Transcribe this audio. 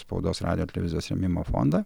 spaudos radijo televizijos rėmimo fondo